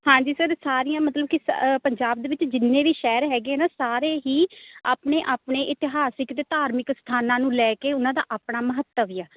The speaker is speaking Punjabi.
ਹਾਂਜੀ ਸਰ ਸਾਰੀਆਂ ਮਤਲਬ ਕਿ ਪੰਜਾਬ ਦੇ ਵਿੱਚ ਜਿੰਨੇ ਵੀ ਸ਼ਹਿਰ ਹੈਗੇ ਆ ਨਾ ਸਾਰੇ ਹੀ ਆਪਣੇ ਆਪਣੇ ਇਤਿਹਾਸਿਕ ਅਤੇ ਧਾਰਮਿਕ ਸਥਾਨਾਂ ਨੂੰ ਲੈ ਕੇ ਉਹਨਾਂ ਦਾ ਆਪਣਾ ਮਹੱਤਵ ਆ